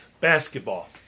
Basketball